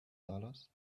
dollars